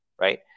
right